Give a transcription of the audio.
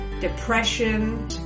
depression